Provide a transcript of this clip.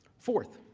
fourth,